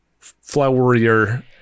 Flowerier